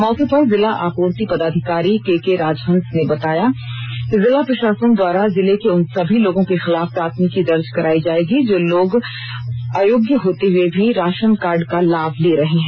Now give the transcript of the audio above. मौके पर जिला आपूर्ति पदाधिकारी के के राजहंस ने कहा कि जिला प्रशासन द्वारा जिले के उन सभी लोगों के खिलाफ प्राथमिकी दर्ज करायी जायेगी जो लोग जो अयोग्य होते हुए भी राशन कार्ड का लाभ ले रहे हैं